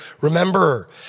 remember